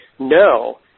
No